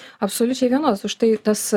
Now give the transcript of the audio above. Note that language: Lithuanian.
absoliučiai vienodas už tai tas